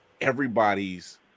everybody's